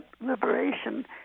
liberation